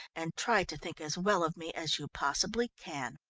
and try to think as well of me as you possibly can.